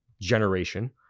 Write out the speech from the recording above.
generation